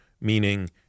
meaning